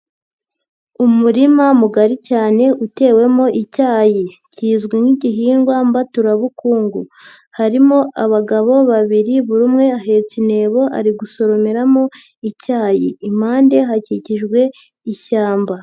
Umurima mugari cyane utewemo icyayi kizwi nk'igihingwa mbaturabukungu, harimo abagabo babiri buri umwe ahetse intebo ari gusoromeramo icyayi, impande hakigijwe ishyamba.